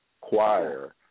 choir